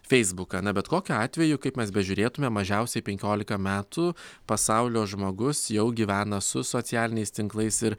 feisbuką na bet kokiu atveju kaip mes bežiūrėtume mažiausiai penkiolika metų pasaulio žmogus jau gyvena su socialiniais tinklais ir